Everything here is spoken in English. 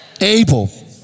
able